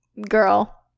girl